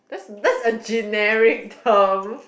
that's that's a generic term